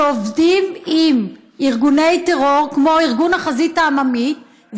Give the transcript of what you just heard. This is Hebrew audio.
שעובדים עם ארגוני טרור כמו ארגון החזית העממית.